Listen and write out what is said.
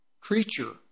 creature